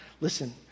listen